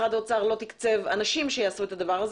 משרד האוצר לא תקצב אנשים שיעשו את זה,